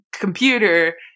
computer